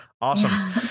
awesome